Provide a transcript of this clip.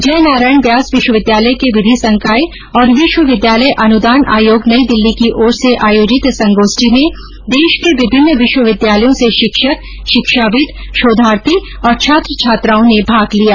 जयनारायण व्यास विश्वविद्यालय के विधि संकाय और विश्वविद्यालय अनुदान आयोग नई दिल्ली की ओर से आयोजित इस संगोष्ठी में देश के विभिन्न विश्वविद्यालयों से शिक्षक शिक्षाविद शोधार्थी और छात्र छात्राओं ने भाग लिया